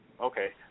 Okay